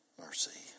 Mercy